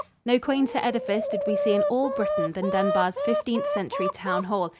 no quainter edifice did we see in all britain than dunbar's fifteenth century town hall.